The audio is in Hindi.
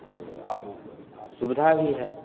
तो अब सुविधा भी है